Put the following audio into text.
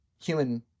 human